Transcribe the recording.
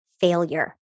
failure